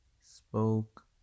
Spoke